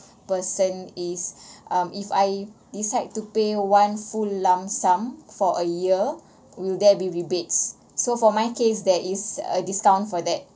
person is um if I decide to pay one full lump sum for a year will there be rebates so for my case there is a discount for that